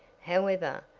however,